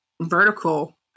vertical